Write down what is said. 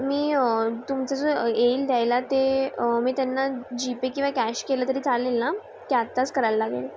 मी तुमचं जो येईल द्यायला ते मी त्यांना जीपे किंवा कॅश केलं तरी चालेल ना की आत्ताच करायला लागेल